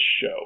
show